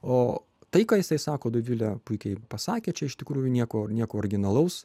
o tai ką jisai sako dovilė puikiai pasakė čia iš tikrųjų nieko nieko originalaus